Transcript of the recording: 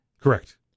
Correct